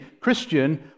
Christian